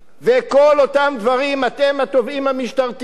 וכל אותם דברים, אתם, התובעים המשטרתיים,